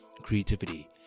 creativity